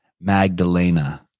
magdalena